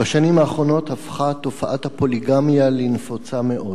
בשנים האחרונות הפכה תופעת הפוליגמיה לנפוצה מאוד.